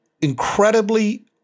incredibly